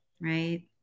right